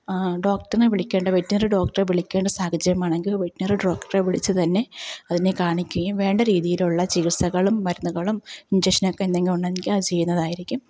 ഡോക്ടറിനെ വിളിക്കേണ്ട വെറ്റിനറി ഡോക്റ്ററെ വിളിക്കേണ്ട സാഹചര്യമാണെങ്കിൽ വെറ്റിനറി ഡോക്ടറെ വിളിച്ച് തന്നെ അതിനെ കാണിക്കുകയും വേണ്ട രീതിയിലുള്ള ചീകിത്സകളും മരുന്നുകളും ഇഞ്ചക്ഷനൊക്കെ എന്തെങ്കിലുമുണ്ടെങ്കില് അത് ചെയ്യുന്നതായിരിക്കും